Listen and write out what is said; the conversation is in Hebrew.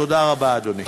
תודה רבה, אדוני.